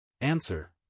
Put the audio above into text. Answer